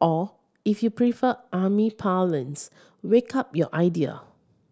or if you prefer army parlance wake up your idea